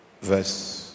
verse